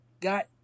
got